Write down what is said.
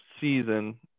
season